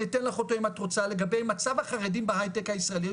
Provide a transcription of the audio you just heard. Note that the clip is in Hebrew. אתן לך אותו אם את רוצה לגבי מצב החרדים בהיי טק הישראלי,